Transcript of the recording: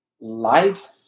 Life-